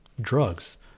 drugs